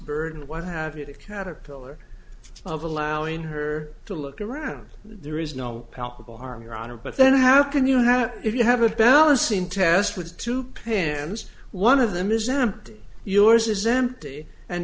burden what have you to caterpillar of allowing her to look around there is no palpable harm your honor but then how can you have if you have a balancing test with two pans one of them exempt yours is empty and